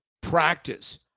Practice